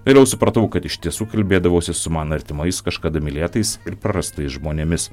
vėliau supratau kad iš tiesų kalbėdavausi su man artimais kažkada mylėtais ir prarastais žmonėmis